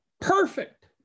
perfect